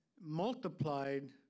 multiplied